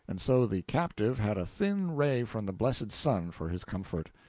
and so the captive had a thin ray from the blessed sun for his comfort.